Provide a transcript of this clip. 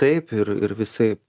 taip ir ir visaip